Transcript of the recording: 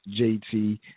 JT